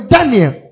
Daniel